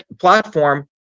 platform